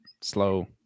slow